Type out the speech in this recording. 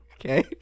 Okay